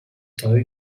toy